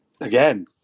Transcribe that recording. Again